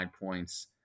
points